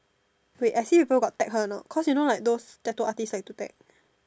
wait I see people got tag her or not you know like those tattoos artist like to tag